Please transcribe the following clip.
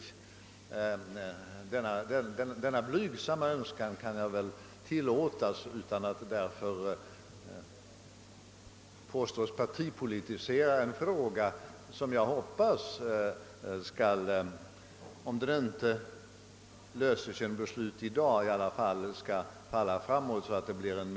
En sådan blygsam önskan kan jag väl tillåtas hysa utan att bli beskylld för att vilja göra partipolitik av en fråga som jag hoppas skall gå mot en snabb lösning, även om man inte når det i dag.